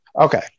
Okay